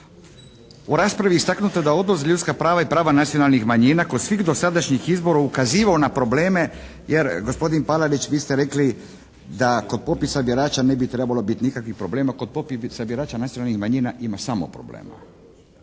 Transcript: U raspravi je istaknuto da Odbor za ljudska prava i prava nacionalnih manjina kod svih dosadašnjih izbora ukazivao na probleme jer gospodin Palarić vi ste rekli da kod popisa birača ne bi trebalo biti nikakvih problema. Kod popisa birača nacionalnih manjina ima samo problema